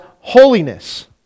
holiness